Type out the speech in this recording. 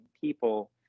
people